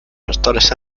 pastores